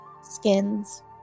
Skins